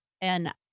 And-